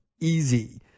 easy